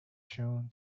shown